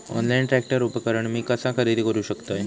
Online tractor उपकरण मी कसा खरेदी करू शकतय?